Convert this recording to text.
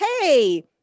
hey